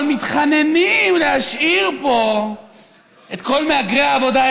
אבל מתחננים להשאיר פה את כל מהגרי העבודה,